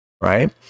right